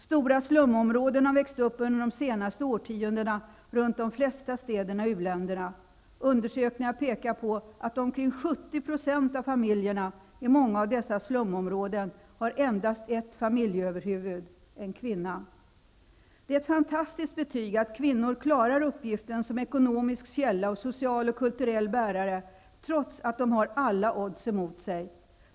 Stora slumområden har växt upp under de senaste årtiondena runt de flesta städerna i u-länderna. Undersökningar pekar på att omkring 70 % av familjerna i många av dessa slumområden har endast ett familjeöverhuvud -- en kvinna. Det är ett fantastiskt betyg att kvinnor klarar uppgiften som ekonomisk källa och social och kulturell bärare, trots att de har alla odds emot sig.